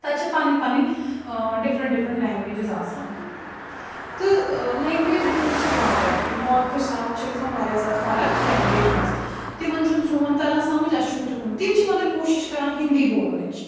تَتہِ چھےٚ پنٕنۍ پنٕنۍ ڈِفرنٛٹ ڈِفرنٛٹ لٮ۪نٛگویجِز آسان تہٕ لٮ۪نٛگویج ڈِفرنٕس چھےٚ واریاہ نارٕتھ ٹُہٕ ساوُتھ چھےٚ گژھان واریاہ زیادٕ فرَق لؠنٛگویج منٛز تِمَن چُھنہٕ سون تَران سمٕج اَسہِ چُھنہٕ تِہُنٛد تِم چِھ مگر کوٗشِش کران ہِندی بولنٕچ